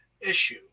issue